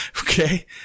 okay